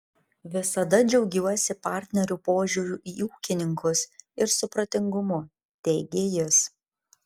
visada džiaugiuosi partnerių požiūriu į ūkininkus ir supratingumu teigė jis